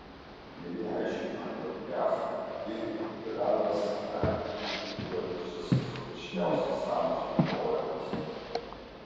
vieni aiškina jog jav kiti kad iranas dar kiti kuria pačias absurdiškiausias sąmokslų teorijas